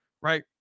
right